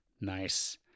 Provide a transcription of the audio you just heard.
nice